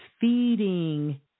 feeding